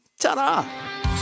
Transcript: ta-da